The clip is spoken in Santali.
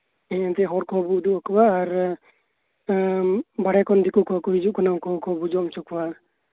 ᱦᱮᱸ ᱮᱱᱛᱮ ᱦᱚᱲ ᱠᱚᱦᱚᱸᱵᱚ ᱩᱫᱩᱜ ᱟᱠᱚᱣᱟ ᱟᱨ ᱵᱟᱨᱦᱮ ᱠᱷᱚᱱ ᱫᱤᱠᱩ ᱠᱚᱦᱚᱸ ᱠᱚ ᱦᱤᱡᱩᱜ ᱠᱟᱱᱟ ᱩᱱᱠᱩ ᱠᱚ ᱦᱚᱸᱵᱚᱱ ᱡᱚᱢ ᱦᱚᱪᱚ ᱠᱚᱣᱟ